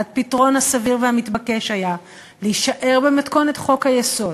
הפתרון הסביר והמתבקש היה להישאר במתכונת חוק-היסוד,